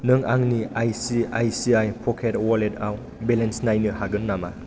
नों आंनि ICICI pocket वालेटाव बेलेन्स नायनो हागोन नामा